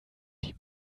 die